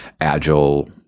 agile